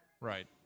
Right